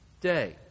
day